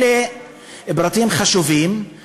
אלה פרטים חשובים נכון,